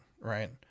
right